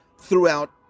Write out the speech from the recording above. throughout